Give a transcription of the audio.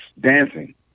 Dancing